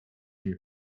mnie